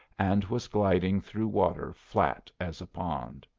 and was gliding through water flat as a pond.